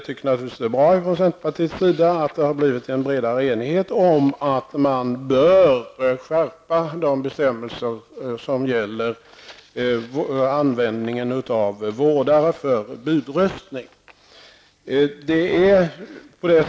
Det är bra att det har blivit en bredare enighet om att man bör skärpa de bestämmelser som gäller för användning av vårdare som bud vid röstning.